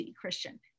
Christian